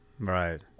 Right